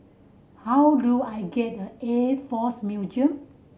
how do I get Air Force Museum